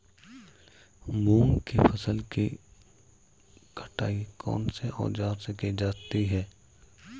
मूंग की फसल की कटाई कौनसे औज़ार से की जाती है?